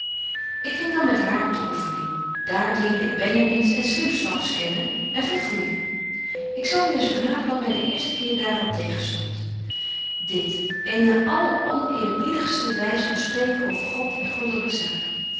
ik ging dan met haar op de oeffening daar leerde ik benjamins en slimpslaps kennen en verfoeijen ik zal u eens verhalen wat my de eerste keer daar al tegenstondt dit eene alleröneerbiedigste betje wolff en aagje deken historie van mejuffrouw sara burgerhart wys van spreken over god en goddelyke zaken